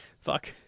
fuck